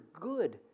good